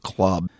Club